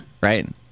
Right